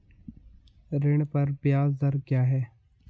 ऋण पर ब्याज दर क्या है?